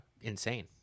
insane